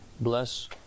Bless